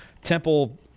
Temple